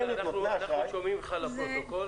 אנחנו שומעים ממך לפרוטוקול